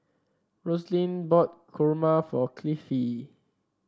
Roselyn bought Kurma for Cliffie